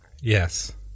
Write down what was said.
Yes